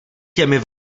těmi